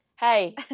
Hey